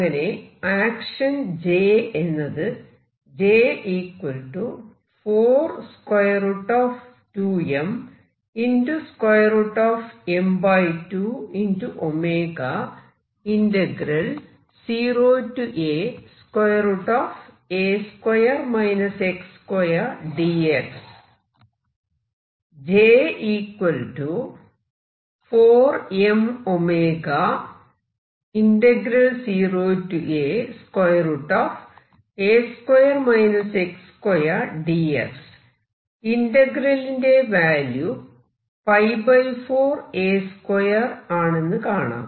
അങ്ങനെ action J എന്നത് ഇന്റഗ്രലിന്റെ വാല്യൂ 𝞹 4 A2 ആണെന്ന് കാണാം